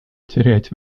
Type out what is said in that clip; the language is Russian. терять